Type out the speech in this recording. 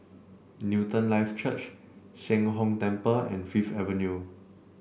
Newton Life Church Sheng Hong Temple and Fifth Avenue